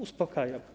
Uspokajam.